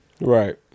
Right